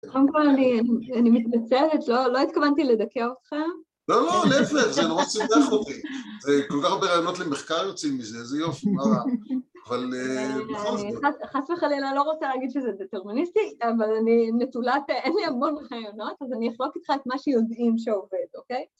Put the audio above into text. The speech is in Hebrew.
קודם כל אני מתנצלת, לא התכוונתי לדכא אותכם. לא, לא, להפך, זה נורא שימח אותי. זה כל כך הרבה רעיונות למחקר יוצאים מזה, איזה יופי, מה רע. אבל חס וחלילה, לא רוצה להגיד שזה דטרמיניסטי, אבל אני נטולת... אין לי המון רעיונות, אז אני אחלוק איתך את מה שיודעים שעובד, אוקיי?